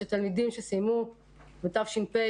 שתלמידים שסיימו בתש"ף,